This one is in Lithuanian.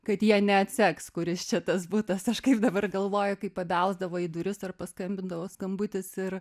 kad jie neatseks kuris čia tas butas aš kaip dabar galvoju kai pabelsdavo į duris ar paskambindavo skambutis ir